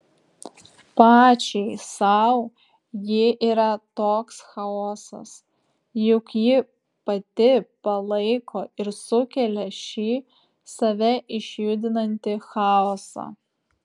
pačiai sau ji yra toks chaosas juk ji pati palaiko ir sukelia šį save išjudinantį chaosą